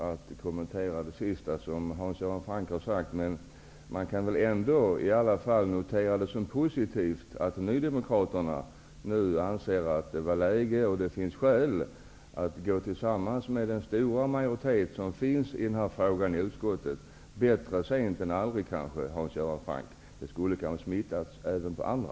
Herr talman! Jag har inget skäl att kommentera det senaste Hans Göran Franck sade. Det kan väl ändå noteras som positivt att nydemokraterna anser det vara läge att ansluta sig till den stora majoritet som finns i utskottet i denna fråga. Bättre sent än aldrig, Hans Göran Franck. Det skulle kanske även ha smittat andra.